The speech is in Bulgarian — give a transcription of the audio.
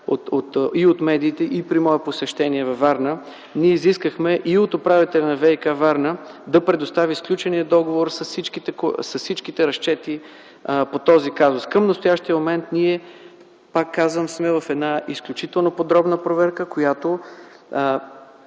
и от медиите, и при мое посещение във Варна, ние изискахме и от управителя на ВиК-Варна, да предостави сключения договор с всичките разчети по този казус. Към настоящия момент ние, пак казвам, сме в една изключително подробна проверка, която